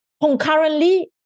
Concurrently